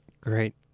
Great